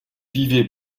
vivaient